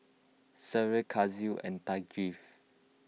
Syed Kasih and Thaqif